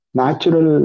natural